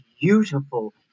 beautiful